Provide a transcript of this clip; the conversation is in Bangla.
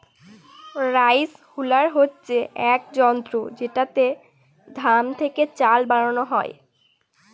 রাইসহুলার হচ্ছে এক যন্ত্র যেটাতে ধান থেকে চাল বানানো হয়